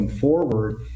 forward